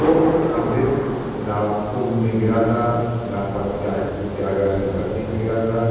वो अमृत कुम्भ में गिरा था इलाहाबाद प्रयागराज कि धरती में गिरा था